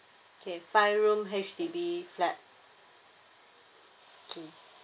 okay five room H_D_B flat